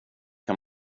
kan